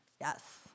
Yes